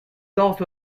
also